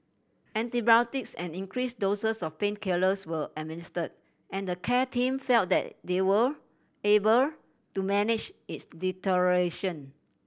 antibiotics and increased doses of painkillers were administered and the care team felt that they were able to manage its deterioration